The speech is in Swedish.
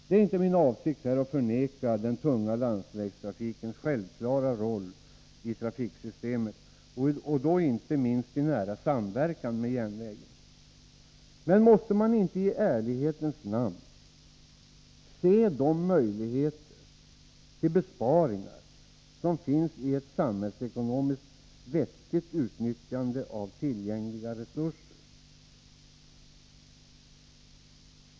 Det är inte min avsikt att här förneka den tunga landsvägstrafikens självklara roll i trafiksystemet — inte minst i nära samverkan med järnvägen. Men måste vi inte i ärlighetens namn se de möjligheter till besparingar som finns i ett samhällsekonomiskt vettigt utnyttjande av tillgängliga resurser?